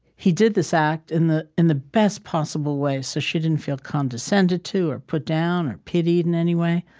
he did this act in the in the best possible way, so she didn't feel condescended to or put down or pitied in any way.